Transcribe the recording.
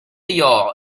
you